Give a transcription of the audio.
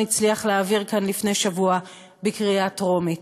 הצליח להעביר כאן לפני שבוע בקריאה טרומית,